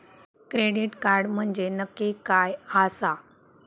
Credit card म्हंजे नक्की काय आसा?